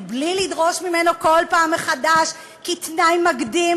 בלי לדרוש ממנו כל פעם מחדש כתנאי מקדים